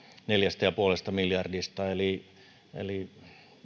neljästä pilkku viidestä miljardista eli eli